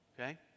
Okay